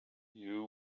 you